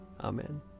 Amen